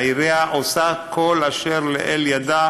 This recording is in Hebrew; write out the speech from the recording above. שהעירייה עושה כל שלאל ידה.